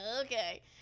Okay